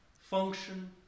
function